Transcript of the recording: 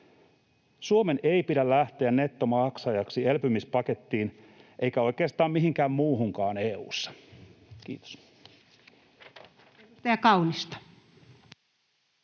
Suomen ei pidä lähteä nettomaksajaksi elpymispakettiin eikä oikeastaan mihinkään muuhunkaan EU:ssa. — Kiitos.